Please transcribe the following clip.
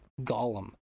Gollum